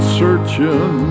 searching